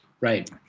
Right